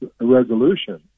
resolution